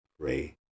pray